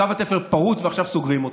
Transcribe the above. קו התפר פרוץ ועכשיו סוגרים אותו.